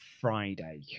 Friday